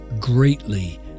greatly